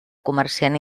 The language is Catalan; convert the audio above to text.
comerciant